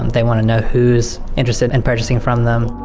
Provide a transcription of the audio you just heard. they wanna know who's interested in purchasing from them.